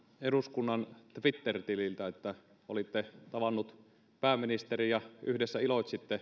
eduskunnan twitter tililtä että olitte tavannut pääministerin ja yhdessä iloitsitte